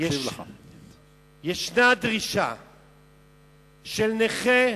יש דרישה שנכה,